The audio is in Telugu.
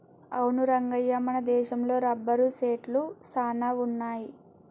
అవును రంగయ్య మన దేశంలో రబ్బరు సెట్లు సాన వున్నాయి